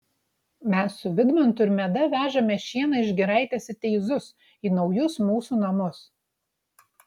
mes su vidmantu ir meda vežame šieną iš giraitės į teizus į naujus mūsų namus